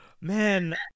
man